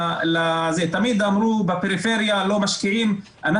תמיד אמרו שבפריפריה לא משקיעים,